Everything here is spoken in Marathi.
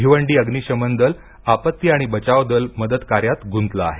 भिवंडी अग्नीशन दल आपत्ती आणि बचाव दल मदत कार्यात गुंतले आहे